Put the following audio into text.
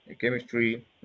chemistry